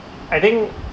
I think